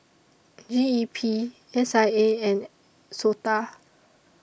G E P S I A and Sota